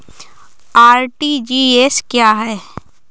RTGS क्या है?